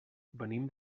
venim